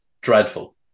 Dreadful